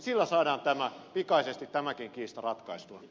sillä saadaan pikaisesti tämäkin kiista ratkaistua